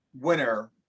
winner